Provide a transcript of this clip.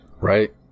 Right